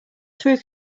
through